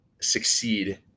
succeed